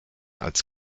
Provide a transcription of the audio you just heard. als